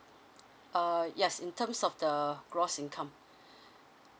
err yes in terms of the gross income